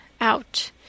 out